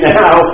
now